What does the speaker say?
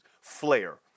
flare